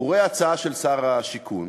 הוא רואה הצעה של שר השיכון,